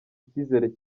icyizere